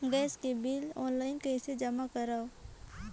Gas के bill online कइसे जमा करव?